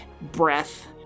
breath